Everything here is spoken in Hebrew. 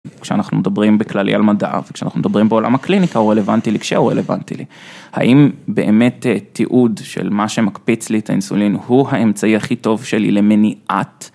כשאנחנו מדברים בכללי על מדע, וכשאנחנו מדברים בעולם הקליניקה, הוא רלוונטי לי, כשהוא רלוונטי לי. האם באמת תיעוד של מה שמקפיץ לי את האינסולין, הוא האמצעי הכי טוב שלי למניעת?